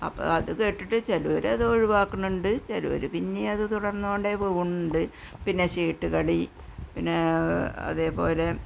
അപ്പം അത് കേട്ടിട്ട് ചിലർ അതൊഴിവാക്കുന്നുണ്ട് ചിലവർ പിന്നേയും അത് തുടര്ന്നു കൊണ്ട് പോകുന്നുണ്ട് പിന്നെ ചീട്ടുകളി പിന്നെ അതേപോലെ